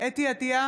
חוה אתי עטייה,